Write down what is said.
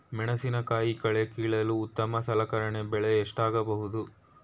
ಮೆಣಸಿನಕಾಯಿ ಕಳೆ ಕೀಳಲು ಉತ್ತಮ ಸಲಕರಣೆ ಬೆಲೆ ಎಷ್ಟಾಗಬಹುದು?